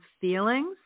feelings